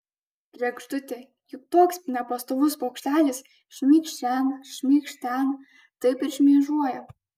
kregždutė juk toks nepastovus paukštelis šmykšt šen šmykšt ten taip ir šmėžuoja